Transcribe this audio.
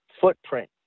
footprint